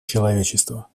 человечества